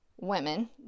women